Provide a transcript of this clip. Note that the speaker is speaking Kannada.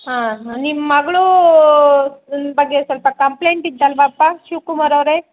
ಹಾಂ ನಿಮ್ಮ ಮಗಳು ನ್ ಬಗ್ಗೆ ಸ್ವಲ್ಪ ಕಂಪ್ಲೆಂಟಿತ್ತಲ್ವಪ್ಪ ಶಿವ ಕುಮಾರವರೆ